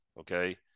okay